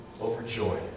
overjoyed